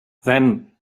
then